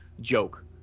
joke